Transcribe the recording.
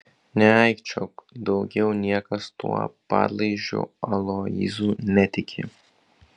neaikčiok daugiau niekas tuo padlaižiu aloyzu netiki